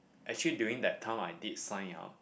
actually during that time I did sign up